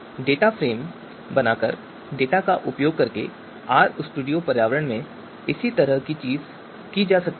data frame बनाकर data का उपयोग करके आर स्टूडियो पर्यावरण में इसी तरह की चीज की जा सकती है